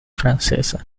francesa